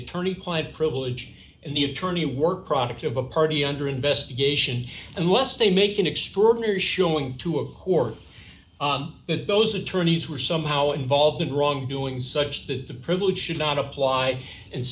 attorney client privilege in the attorney work product of a party under investigation unless they make an extraordinary showing to a court that those attorneys were somehow involved in wrongdoing such that the privilege should not apply